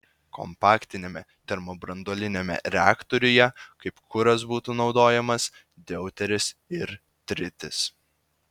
kompaktiniame termobranduoliniame reaktoriuje kaip kuras būtų naudojamas deuteris ir tritis